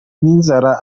n’inzara